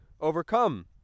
overcome